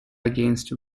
against